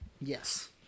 Yes